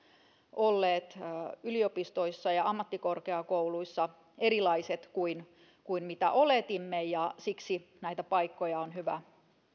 olleet yliopistoissa ja ammattikorkeakouluissa erilaiset kuin kuin oletimme ja siksi näitä paikkoja on hyvä